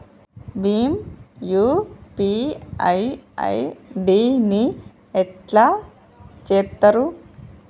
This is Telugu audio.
భీమ్ యూ.పీ.ఐ ఐ.డి ని ఎట్లా చేత్తరు?